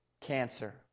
cancer